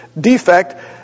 defect